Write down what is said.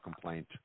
complaint